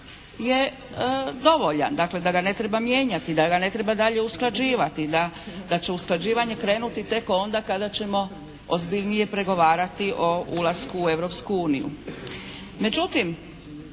je dovoljan, dakle da ga ne treba mijenjati, da ga ne treba dalje usklađivati, da će usklađivanje krenuti tek onda kada ćemo ozbiljnije pregovarati o ulasku u Europsku uniju.